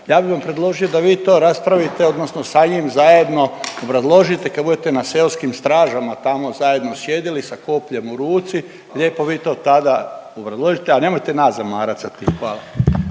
Ja bi vam predložio da vi to raspravite odnosno sa njim zajedno obrazložite kad budete na seoskim stražama tamo zajedno sjedili sa kopljem u ruci, lijepo vi to tada obrazložite, a nemojte nas zamarat sa time. Hvala.